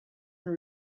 just